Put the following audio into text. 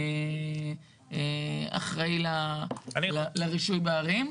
האחראי לרישוי בערים.